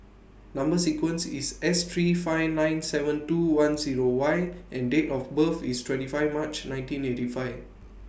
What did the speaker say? Number sequence IS S three five nine seven two one Zero Y and Date of birth IS twenty five March nineteen eighty five